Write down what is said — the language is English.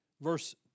Verse